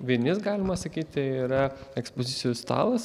vinis galima sakyti yra ekspozicijų stalas